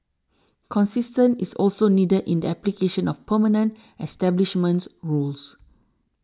consistent is also needed in the application of permanent establishment rules